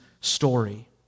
story